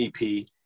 EP